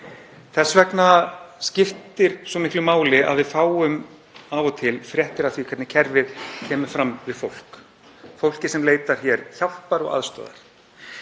Þess vegna skiptir svo miklu máli að við fáum af og til fréttir af því hvernig kerfið kemur fram við fólk, fólkið sem leitar hér hjálpar og aðstoðar.